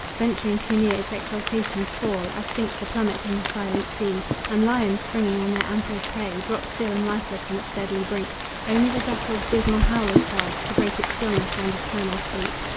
venturing too near its exhalations, fall, as sinks the plummet in the silent sea and lions, springing on their antlered prey, drop still and lifeless on its deadly brink only the jackal's dismal howl is heard to break its stillness and eternal sleep.